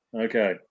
Okay